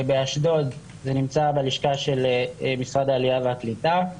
באשדוד זה נמצא בלשכה של משרד העלייה והקליטה.